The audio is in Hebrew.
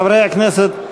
חברי הכנסת,